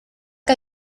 que